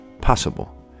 possible